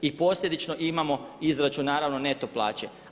I posljedično imamo izračun naravno neto plaće.